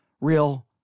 real